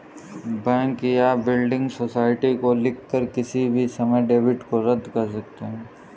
bank या building society को लिखकर किसी भी समय डेबिट को रद्द कर सकते हैं